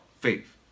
faith